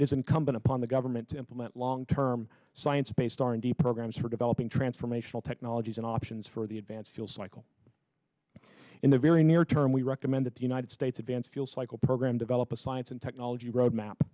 is incumbent upon the government to implement long term science based r and d programs for developing transformational technologies and options for the advanced fuel cycle in the very near term we recommend that the united states advance fuel cycle program develop a science and technology road map